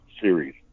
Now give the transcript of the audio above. series